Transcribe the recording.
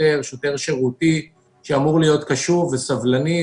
שוטר שירותי שאמור להיות קשוב וסובלני,